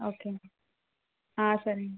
okay అండి సరే అండి